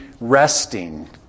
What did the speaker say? resting